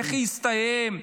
איך יסתיים?